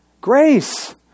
Grace